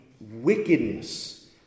wickedness